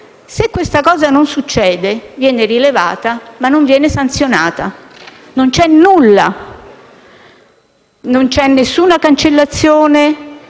se questa cosa non succede, viene rilevata ma non sanzionata. Non c'è nulla, non c'è nessuna cancellazione